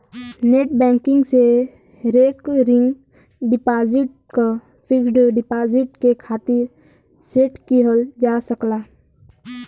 net banking से recurring deposit क fixed deposit के खातिर सेट किहल जा सकला